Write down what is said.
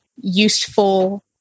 useful